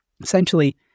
Essentially